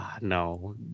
no